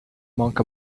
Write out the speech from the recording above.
monk